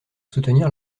soutenir